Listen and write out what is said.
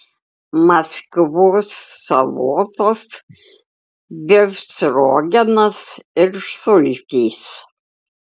maskvos salotos befstrogenas ir sultys